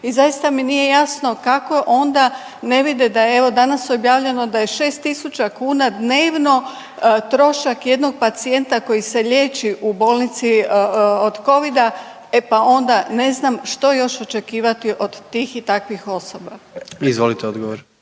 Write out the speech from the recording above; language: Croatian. i zaista mi nije jasno kako onda ne vide da je, evo danas je objavljeno da je 6.000 kuna dnevno trošak jednog pacijenta koji se liječi u bolnici od covida, e pa onda ne znam što još očekivati od tih i takvih osoba. **Jandroković,